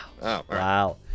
Wow